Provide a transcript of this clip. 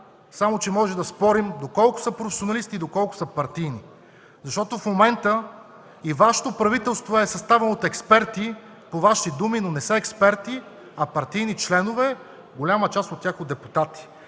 само че можем да спорим доколко са професионалисти и доколко са партийни, защото в момента и Вашето правителство е съставено от експерти по Ваши думи, но не са експерти, а партийни членове, голяма част от тях – от депутати.